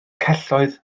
celloedd